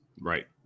right